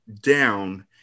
down